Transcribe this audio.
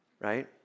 Right